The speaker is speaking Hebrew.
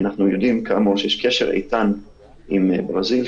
אבל אנחנו יודעים כאמור שיש קשר איתן עם ברזיל,